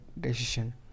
decision